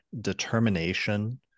determination